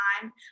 time